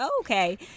okay